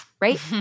Right